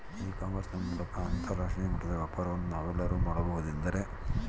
E commerce ನ ಮೂಲಕ ಅಂತರಾಷ್ಟ್ರೇಯ ಮಟ್ಟದ ವ್ಯಾಪಾರವನ್ನು ನಾವೆಲ್ಲರೂ ಮಾಡುವುದೆಂದರೆ?